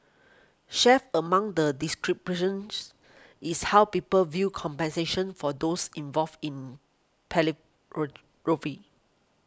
chief among the distributions is how people view compensation for those involved in